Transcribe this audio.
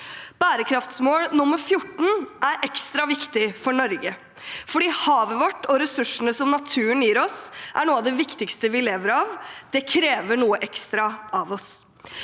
Bærekraftsmål nr. 14 er ekstra viktig for Norge fordi havet vårt og ressursene som naturen gir oss, er noe av det viktigste vi lever av. Det krever noe ekstra av oss.